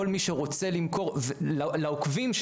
כל מי שרוצה למכור לעוקבים שלו.